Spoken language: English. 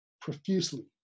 profusely